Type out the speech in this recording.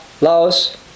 Laos